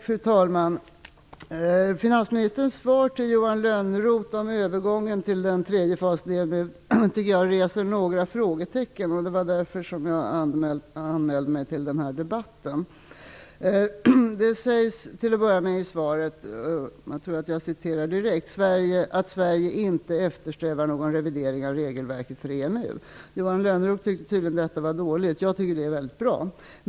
Fru talman! Finansministerns svar till Johan Lönnroth om övergången till den tredje fasen i EMU tycker jag reser några frågor. Det var därför som jag anmälde mig till den här debatten. I svaret sägs till att börja med: "Sverige eftersträvar inte någon revidering av regelverket för EMU." Johan Lönnroth tyckte tydligen att detta var dåligt. Jag tycker att det är väldigt bra.